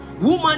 Woman